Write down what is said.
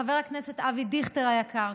חבר הכנסת אבי דיכטר היקר,